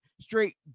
straight